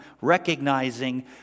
recognizing